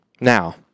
Now